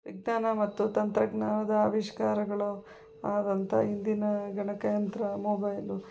ವಿಜ್ಞಾನ ಮತ್ತು ತಂತ್ರಜ್ಞಾನದ ಆವಿಷ್ಕಾರಗಳು ಆದಂತ ಇಂದಿನ ಗಣಕಯಂತ್ರ ಮೊಬೈಲು